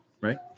right